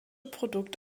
produkt